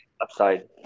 upside